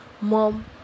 mom